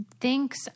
thinks